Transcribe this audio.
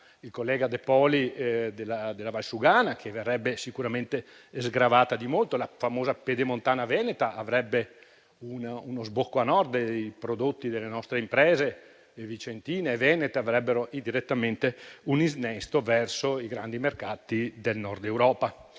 il collega De Poli parlava della Valsugana - che verrebbe sicuramente alleggerita di molto: la famosa Pedemontana veneta avrebbe uno sbocco a Nord e i prodotti delle nostre imprese vicentine, venete avrebbero un innesto diretto verso i grandi mercati del Nord Europa.